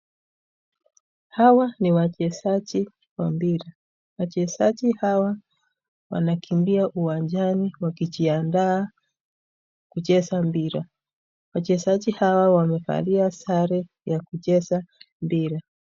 Hawa ni wachezaji wa mpira wachezaji hawa wanakimbia uwanjani wakijiandaa kucheza mpira. Wachezaji hawa wamevalia sare ya kucheza mpira.